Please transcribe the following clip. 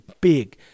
big